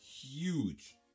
huge